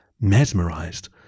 mesmerized